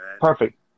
perfect